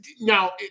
Now